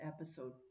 episode